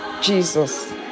Jesus